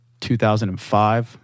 2005